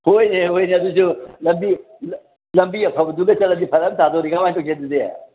ꯍꯣꯏꯅꯦ ꯍꯣꯏꯅꯦ ꯑꯗꯨꯁꯨ ꯂꯝꯕꯤ ꯂꯝꯕꯤ ꯑꯐꯕꯗꯨꯗ ꯆꯠꯂꯗꯤ ꯐꯔꯛ ꯑꯃ ꯇꯥꯗꯣꯔꯤ ꯀꯃꯥꯏ ꯇꯧꯒꯦ ꯑꯗꯨꯗꯤ